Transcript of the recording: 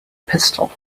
pistol